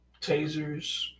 tasers